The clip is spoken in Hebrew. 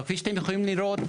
אבל כפי שאתם יכולים לראות,